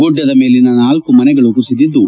ಗುಡ್ಡದ ಮೇಲಿನ ನಾಲ್ಲು ಮನೆಗಳು ಕುಸಿದಿದ್ದು